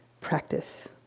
practice